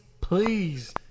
please